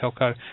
telco